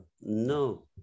no